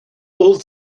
all